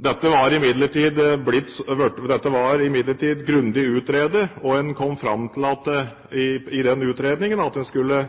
Dette ble imidlertid grundig utredet, og en kom i den utredningen fram til at en skulle